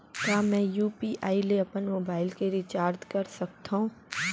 का मैं यू.पी.आई ले अपन मोबाइल के रिचार्ज कर सकथव?